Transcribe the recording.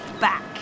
back